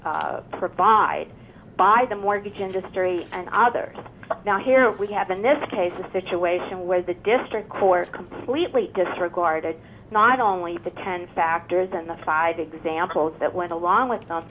to provide by the mortgage industry and others now here we have in this case a situation where the district court completely disregarded not only the ten factors in the five examples that went along with them